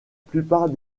plupart